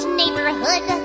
neighborhood